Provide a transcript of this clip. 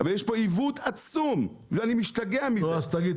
אבל יש פה עיוות עצום ואני משתגע מזה נו אז תגיד,